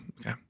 okay